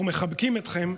אנחנו מחבקים אתכם,